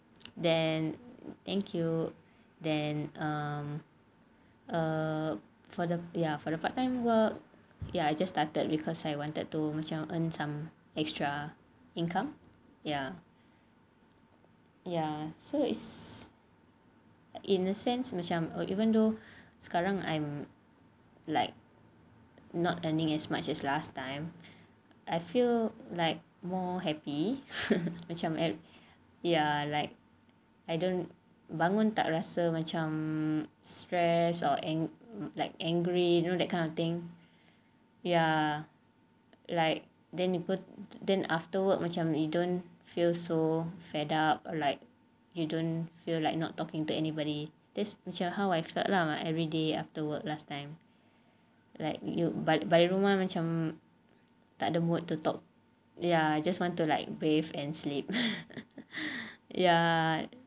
then thank you then um for the ya for the part time work ya I just started because I wanted to macam earn extra income ya ya so it's in a sense macam or even though sekarang I'm like not earning as much as last time I feel like more happy macam ya like I don't bangun tak rasa macam stress or in like angry you know that kind of thing ya like then you go then after work macam you don't feel so fed up like you don't feel like not talking to anybody this macam how I felt lah everyday after after work last time like you balik rumah macam tak ada mood to talk ya you just want to like bathe and sleep ya ya